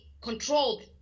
controlled